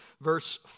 verse